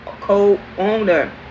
co-owner